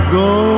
go